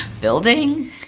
building